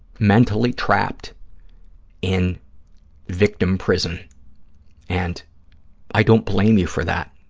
mentally trapped in victim prison and i don't blame you for that.